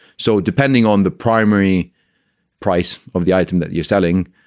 so depending on the primary price of the item that you're selling.